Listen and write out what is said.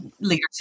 leadership